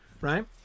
right